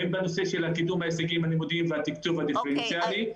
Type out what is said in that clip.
הן בנושא של קידום ההישגים הלימודיים והתקצוב הדיפרנציאלי.